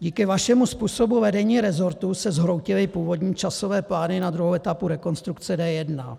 Díky vašemu způsobu vedení rezortu se zhroutily původní časové plány na druhou etapu rekonstrukce D1.